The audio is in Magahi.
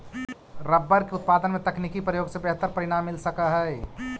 रबर के उत्पादन में तकनीकी प्रयोग से बेहतर परिणाम मिल सकऽ हई